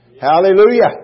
Hallelujah